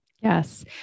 Yes